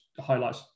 highlights